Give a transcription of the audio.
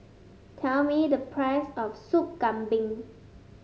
tell me the price of Sop Kambing